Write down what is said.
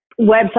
website